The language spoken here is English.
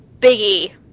Biggie